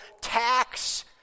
tax